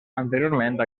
anteriorment